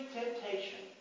temptation